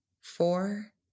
four